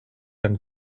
and